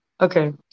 Okay